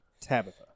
Tabitha